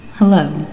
Hello